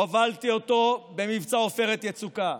הובלתי אותו במבצע עופרת יצוקה,